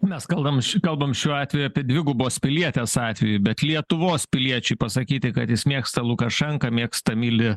mes kalbam kalbam šiuo atveju apie dvigubos pilietės atvejį bet lietuvos piliečiui pasakyti kad jis mėgsta lukašenką mėgsta myli